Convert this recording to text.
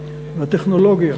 הטכנולוגיה